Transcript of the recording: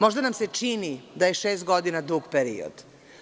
Možda nam se čini da je šest godina dug period.